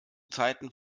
zeiten